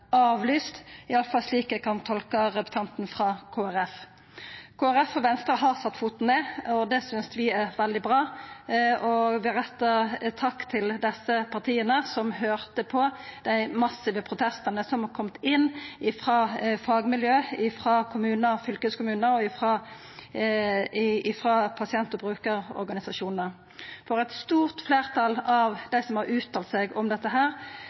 avlyst, i alle fall slik eg tolkar representanten frå Kristeleg Folkeparti. Kristeleg Folkeparti og Venstre har sett foten ned, og det synest vi er veldig bra. Eg rettar ein takk til desse partia, som høyrde på dei massive protestane som har kome inn frå fagmiljø, frå kommunar og fylkeskommunar og frå pasient- og brukarorganisasjonar. Eit stort fleirtal av dei som har uttalt seg om